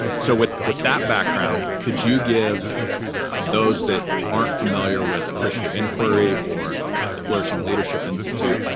so with with that background, could you give those that aren't familiar with appreciative inquiry or the flourishing leadership institute?